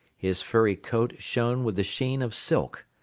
his furry coat shone with the sheen of silk.